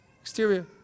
exterior